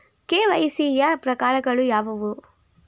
KYC ಯ ಪ್ರಕಾರಗಳು ಯಾವುವು?